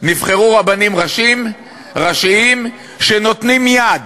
נבחרו רבנים ראשיים שנותנים יד